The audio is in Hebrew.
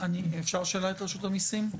אפשר שאלה את רשות המיסים?